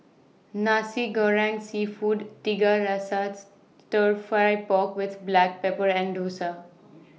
Nasi Goreng Seafood Tiga Rasa Stir Fry Pork with Black Pepper and Dosa